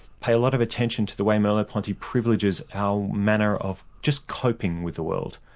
pay a lot of attention to the way merleau-ponty privileges our manner of just coping with the world,